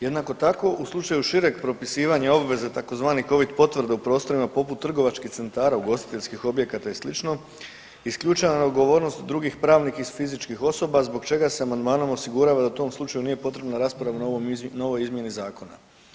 Jednako tako u slučaju šireg propisivanja obveze tzv. covid potvrda u prostorima poput trgovačkih centara, ugostiteljskih objekata i sl. isključena je odgovornost drugih pravnih i fizičkih osoba zbog čega se amandmanom osigurava da u tom slučaju nije potrebna rasprava o novoj izmjeni zakona.